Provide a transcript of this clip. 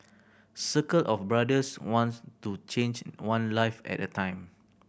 circle of Brothers wants to change one life at a time